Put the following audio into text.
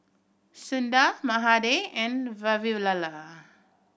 Sundar Mahade and Vavilala